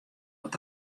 wat